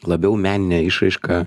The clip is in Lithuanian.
labiau menine išraiška